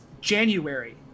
January